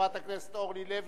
חברת הכנסת אורלי לוי,